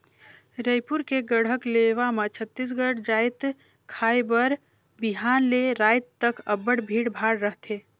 रइपुर के गढ़कलेवा म छत्तीसगढ़ जाएत खाए बर बिहान ले राएत तक अब्बड़ भीड़ भाड़ रहथे